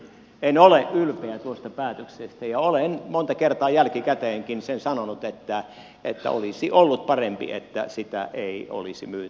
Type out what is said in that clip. en ole ylpeä tuosta päätöksestä ja olen monta kertaa jälkikäteenkin sen sanonut että olisi ollut parempi että sitä ei olisi myyty